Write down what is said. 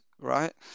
right